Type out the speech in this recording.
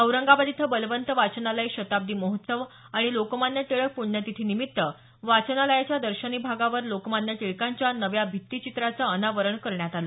औरंगाबाद इथं बलवंत वाचनालय शताब्दी महोत्सव आणि लोकमान्य टिळक प्ण्यतिथी निमित्त वाचनालयाच्या दर्शनी भागावर लोकमान्य टिळकांच्या नव्या भित्तीचित्राचं अनावरण करण्यात आलं